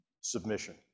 submission